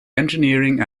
engineering